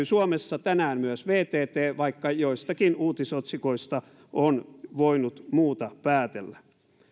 suomessa tänään myös vtt vaikka joistakin uutisotsikoista on voinut muuta päätellä